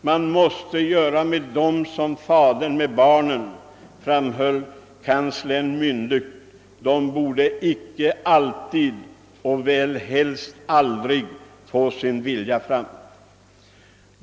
»Man måste göra med dem som fadern med barnen» framhöll kanslern myndigt, »de borde icke alltid — och väl helst: aldrig — få sin vilja fram».